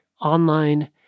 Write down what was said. online